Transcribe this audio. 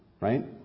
Right